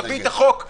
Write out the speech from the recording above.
תביא את החוק כלשונו,